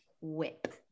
whip